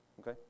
okay